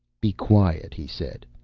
be quiet, he said.